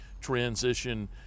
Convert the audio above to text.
transition –